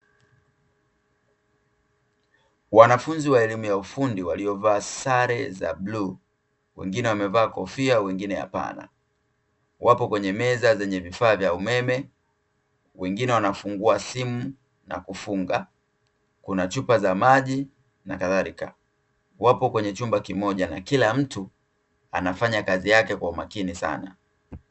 Wanafunzi wa elimu ya ufundi waliovaa sare za bluu, wengine wamevaa kofia wengine hapana, wapo kwenye meza zenye vifaa vya umeme, wengine wanafungua simu na kufunga, kuna chupa za maji na kadhalika, wapo kwenye chumba kimoja na kila mtu anafanya kazi yake kwa umakini sana.